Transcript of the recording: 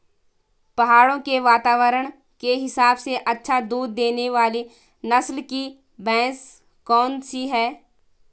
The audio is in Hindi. पहाड़ों के वातावरण के हिसाब से अच्छा दूध देने वाली नस्ल की भैंस कौन सी हैं?